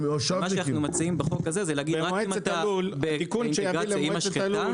מה שאנחנו מציעים בחוק הזה זה להגיד רק אם אתה באינטגרציה עם משחטה.